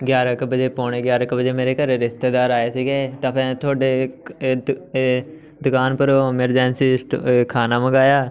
ਗਿਆਰ੍ਹਾਂ ਕੁ ਵਜੇ ਪੌਣੇ ਗਿਆਰ੍ਹਾਂ ਕੁ ਵਜੇ ਮੇਰੇ ਘਰ ਰਿਸ਼ਤੇਦਾਰ ਆਏ ਸੀਗੇ ਤਾਂ ਫਿਰ ਮੈਂ ਤੁਹਾਡੇ ਇਹ ਦੁਕਾਨ ਪਰੋ ਐਮਰਜੈਂਸੀ ਖਾਣਾ ਮੰਗਵਾਇਆ